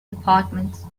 departments